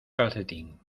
calcetín